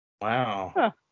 Wow